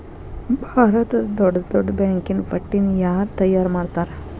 ಭಾರತದ್ದ್ ದೊಡ್ಡ್ ದೊಡ್ಡ್ ಬ್ಯಾಂಕಿನ್ ಪಟ್ಟಿನ ಯಾರ್ ತಯಾರ್ಮಾಡ್ತಾರ?